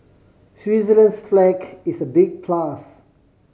Switzerland's flag is a big plus